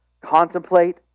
Contemplate